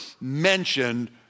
mentioned